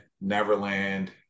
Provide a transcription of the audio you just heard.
Neverland